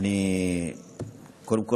קודם כול,